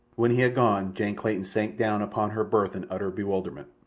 when he had gone jane clayton sank down upon her berth in utter bewilderment.